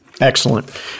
excellent